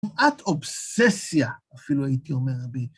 תנועת אובססיה, אפילו הייתי אומר בי.